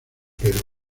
perú